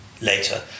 later